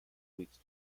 weeks